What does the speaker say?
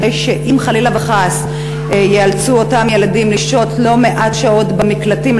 כדי שאם חלילה וחס ייאלצו אותם ילדים לשהות לא מעט שעות במקלטים,